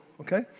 okay